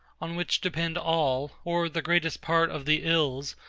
on which depend all, or the greatest part of the ills,